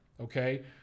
okay